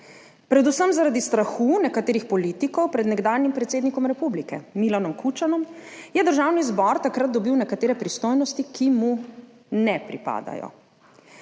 Predvsem zaradi strahu nekaterih politikov pred nekdanjim predsednikom republike Milanom Kučanom je Državni zbor takrat dobil nekatere pristojnosti, ki mu ne pripadajo.